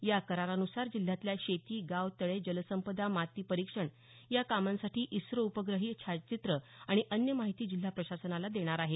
या करारान्सार जिल्ह्यातल्या शेती गाव तळे जलसंपदा माती परीक्षण या कामांसाठी इस्रो उपग्रहीय छायाचित्रं आणि अन्य माहिती जिल्हा प्रशासनाला देणार आहे